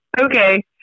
Okay